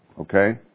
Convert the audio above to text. Okay